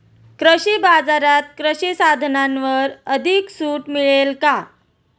कृषी बाजारात कृषी साधनांवर अधिक सूट मिळेल का?